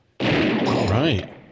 right